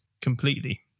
completely